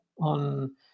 on